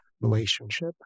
relationship